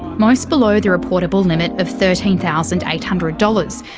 most below the reportable limit of thirteen thousand eight hundred dollars,